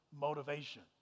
motivation